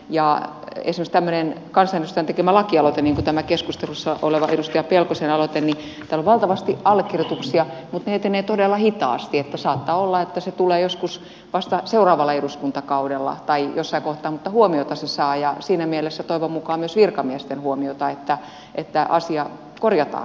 esimerkiksi tämmöinen kansanedustajan tekemä lakialoite niin kuin tämä keskustelussa oleva edustaja pelkosen aloite tällä on valtavasti allekirjoituksia mutta ne etenevät todella hitaasti että saattaa olla että se tulee vasta joskus seuraavalla eduskuntakaudella tai jossain kohtaa mutta huomiota se saa ja siinä mielessä toivon mukaan myös virkamiesten huomiota että asia korjataan